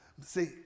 See